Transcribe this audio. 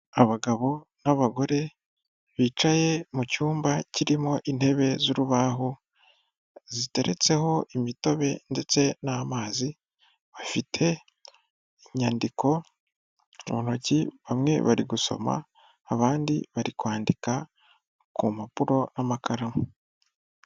Abagabo n'abagore bicaye mu cyumba kirimo intebe z'urubaho ziteretseho imitobe ndetse n'amazi bafite inyandiko mu ntoki bamwe bari gusoma abandi bari kwandika ku mpapuro n'amakara.